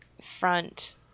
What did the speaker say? front